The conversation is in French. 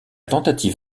tentative